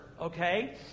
okay